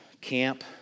camp